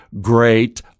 great